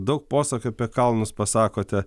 daug posakių apie kalnus pasakote